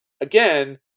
again